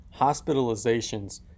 hospitalizations